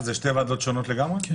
אלה שתי ועדות שונות לגמרי?